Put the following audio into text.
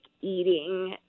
eating